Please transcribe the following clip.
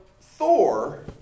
Thor